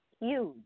huge